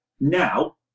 now